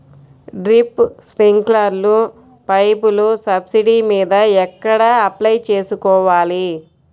Drip, స్ప్రింకర్లు పైపులు subsidy మీద ఎక్కడ అప్లై చేసుకోవాలి?